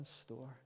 store